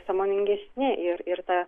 sąmoningesni ir ir ta